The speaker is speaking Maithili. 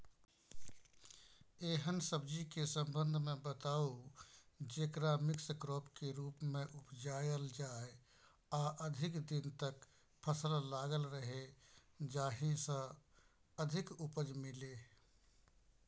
एहन सब्जी के संबंध मे बताऊ जेकरा मिक्स क्रॉप के रूप मे उपजायल जाय आ अधिक दिन तक फसल लागल रहे जाहि स अधिक उपज मिले?